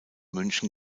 münchen